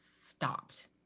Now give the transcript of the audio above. stopped